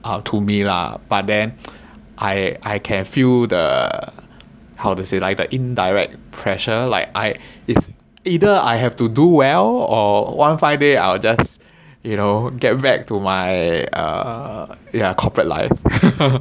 ah to me lah but then I I can feel the how to say like the indirect pressure like i~ it's either I have to do well or one fine day I just you know just get back to my err yeah corporate life